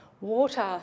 Water